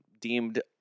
deemed